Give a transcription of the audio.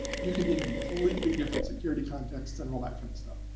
you can be in completely different security contexts and all that kind of stuff.